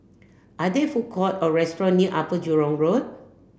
are there food court or restaurant near Upper Jurong Road